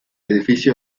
edificio